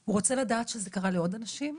הוא רוצה לדעת שזה קרה לעוד אנשים,